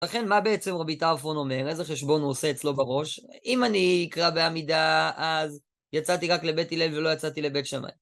לכן, מה בעצם רבי טרפון אומר? איזה חשבון הוא עושה אצלו בראש? אם אני אקרא בעמידה, אז יצאתי רק לבית הלל ולא יצאתי לבית שמאי.